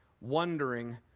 wondering